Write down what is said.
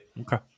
Okay